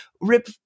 rip